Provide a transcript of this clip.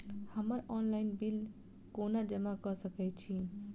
हम्मर online bill कोना जमा कऽ सकय छी?